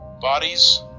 bodies